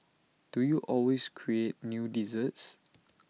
do you always create new desserts